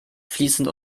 fließend